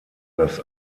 das